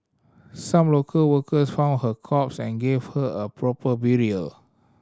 some local workers found her corpse and gave her a proper burial